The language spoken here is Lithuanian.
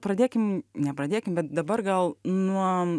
pradėkim nepradėkim bet dabar gal nuo